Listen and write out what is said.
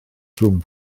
rhwng